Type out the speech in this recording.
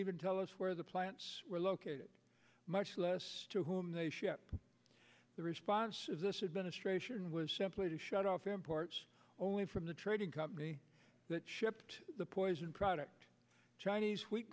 even tell us where the plants were located much less to whom a ship the response of this administration was simply to shut off imports only from the trading company that shipped the poison product chinese w